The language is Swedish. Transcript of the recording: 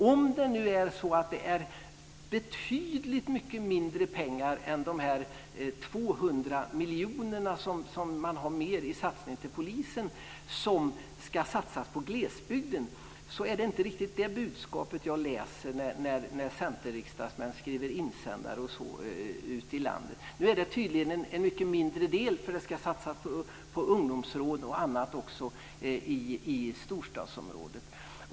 Om det nu är betydligt mycket mindre pengar än de 200 miljoner mer som man har i satsningen på polisen som ska gå till på glesbygden, är det inte riktigt det budskapet jag läser när centerriksdagsmän skriver insändare ute i landet. Det är tydligen en mycket mindre del, för de resurserna ska också satsas på att bekämpa ungdomsrån och annat i storstadsområdet.